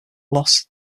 loss